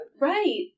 Right